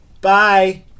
Bye